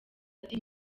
ati